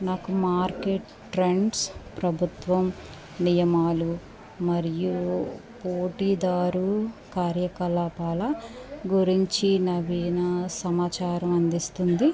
నాకు market trends ప్రభుత్వం నియమాలు మరియు పోటిదారు కార్యకలాపాల గురించి నవీన సమాచారం అందిస్తుంది